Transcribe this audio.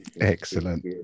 Excellent